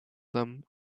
them